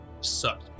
suck